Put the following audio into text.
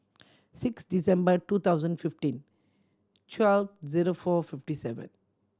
six December two thousand fifteen twelve zero four fifty seven